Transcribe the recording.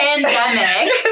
pandemic